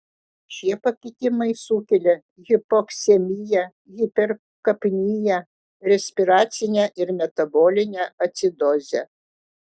šie pakitimai sukelia hipoksemiją hiperkapniją respiracinę ir metabolinę acidozę